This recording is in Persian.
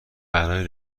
برای